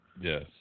Yes